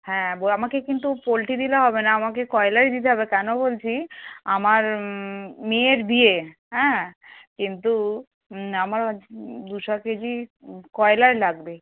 হ্যাঁ বো আমাকে কিন্তু পোল্ট্রি দিলে হবে না আমাকে ব্রয়লারই দিতে হবে কেন বলছি আমার মেয়ের বিয়ে হ্যাঁ কিন্তু আমার দুশো কেজি ব্রয়লারই লাগবে